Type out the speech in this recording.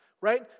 right